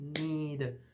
need